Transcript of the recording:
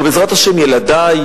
אבל בעזרת השם ילדי,